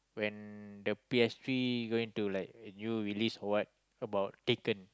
when the P_S-three going to like new release or what about eight turn